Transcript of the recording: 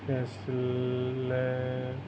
কি আছিলে